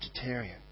vegetarian